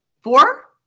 four